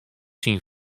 syn